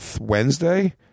Wednesday